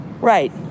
Right